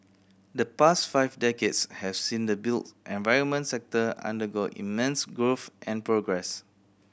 the past five decades has seen the built environment sector undergo immense growth and progress